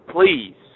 Please